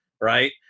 Right